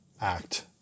act